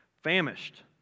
famished